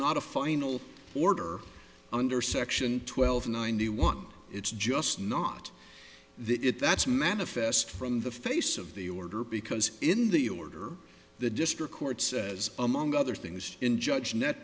not a final order under section twelve ninety one it's just not the it that's manifest from the face of the order because in the order the district court says among other things in judge net